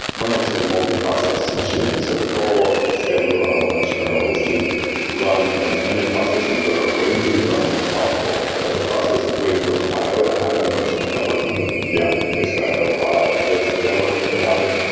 linux is a multi-process machine. so the goal of the scheduler on the linux kernel is to run as many processes that are waiting to be run as possible. other process is waiting for some i o to happen or some networking yeah, basically i o file or disc or network to to happen.